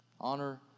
Honor